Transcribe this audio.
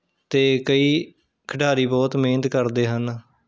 ਅਤੇ ਕਈ ਖਿਡਾਰੀ ਬਹੁਤ ਮਿਹਨਤ ਕਰਦੇ ਹਨ